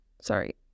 sorry